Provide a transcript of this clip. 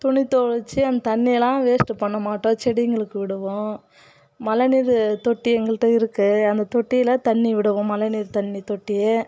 துணிதுவைச்சு அந்த தண்ணியெல்லாம் வேஸ்ட் பண்ணமாட்டோம் செடிங்களுக்கு விடுவோம் மழைநீர் தொட்டி எங்கள்கிட்ட இருக்குது அந்த தொட்டியில் தண்ணி விடுவோம் மழைநீர் தண்ணீர் தொட்டி